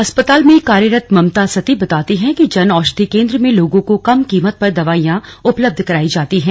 अस्पताल में कार्यरत ममता सती बताती हैं कि जन औषधि केंद्र में लोगों को कम कीमत पर दवाईयां उपलब्ध कराई जाती हैं